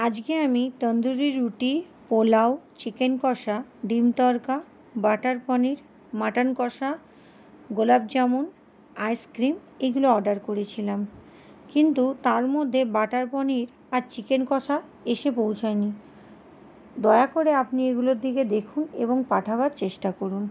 আজকে আমি তন্দুরি রুটি পোলাও চিকেন কষা ডিম তরকা বাটার পনির মাটন কষা গোলাপ জামুন আইসক্রীম এগুলো অর্ডার করেছিলাম কিন্তু তার মধ্যে বাটার পনির আর চিকেন কষা এসে পৌঁছায়নি দয়া করে আপনি এগুলোর দিকে দেখুন এবং পাঠাবার চেষ্টা করুন